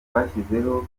twashyizeho